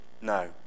No